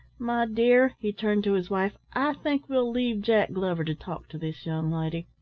my dear, he turned to his wife, i think we'll leave jack glover to talk to this young lady.